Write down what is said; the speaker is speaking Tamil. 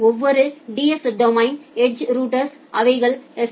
ஒவ்வொரு டிஎஸ் டொமைனிலும் எட்ஜ் ரவுட்டர்கள் அவைகள் எஸ்